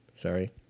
Sorry